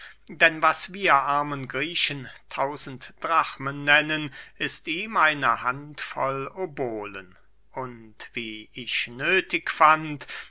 denn was wir armen griechen tausend drachmen nennen ist ihm eine hand voll obolen und wie ich nöthig fand